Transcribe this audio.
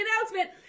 announcement